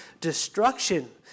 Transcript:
destruction